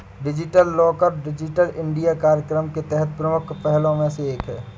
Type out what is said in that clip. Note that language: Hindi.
डिजिलॉकर डिजिटल इंडिया कार्यक्रम के तहत प्रमुख पहलों में से एक है